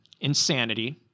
insanity